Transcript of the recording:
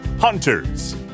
Hunters